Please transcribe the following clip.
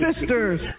sisters